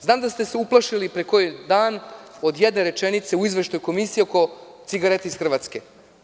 Znam da ste se uplašili pre neki dan od jedne rečenice u izveštaju komisije oko cigareta iz Hrvatske.